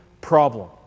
problem